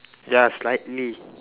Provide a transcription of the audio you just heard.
ya slightly